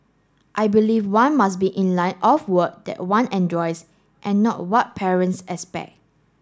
I believe one must be in line of work that one enjoys and not what parents expect